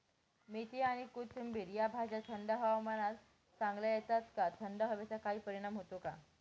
मेथी आणि कोथिंबिर या भाज्या थंड हवामानात चांगल्या येतात का? थंड हवेचा काही परिणाम होतो का?